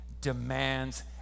demands